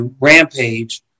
Rampage